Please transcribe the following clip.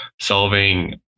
solving